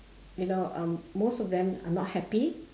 you know um most of them are not happy